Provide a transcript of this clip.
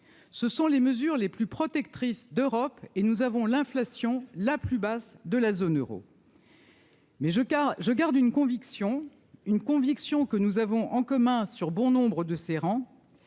ce sont les mesures les plus protectrices d'Europe et nous avons l'inflation la plus basse de la zone Euro. Mais je car je garde une conviction, une conviction que nous avons en commun sur bon nombre de ses rangs